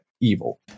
evil